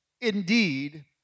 indeed